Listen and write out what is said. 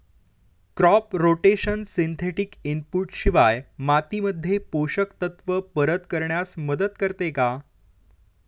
Crop rotation synthetic input शिवाय मातीमध्ये पोषक तत्त्व परत करण्यास मदत करते का?